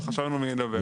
לא, חשבנו מי ידבר.